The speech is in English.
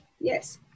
yes